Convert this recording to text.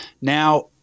Now